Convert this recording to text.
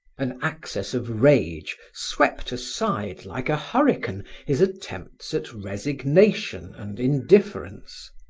an access of rage swept aside, like a hurricane, his attempts at resignation and indifference.